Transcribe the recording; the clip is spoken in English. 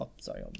Sorry